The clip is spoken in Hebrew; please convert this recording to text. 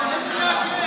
איזה להקל?